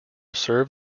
serve